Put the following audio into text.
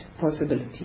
possibility